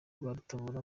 rwarutabura